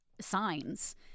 signs